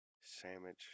sandwich